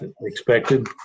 expected